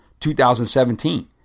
2017